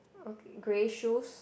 okay grey shoes